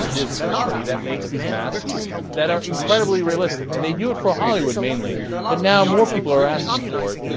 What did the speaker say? is is company that makes these masks that are incredibly realistic and they do it for hollywood mainly but now more people are asking for it